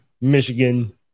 Michigan